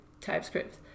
TypeScript